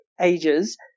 ages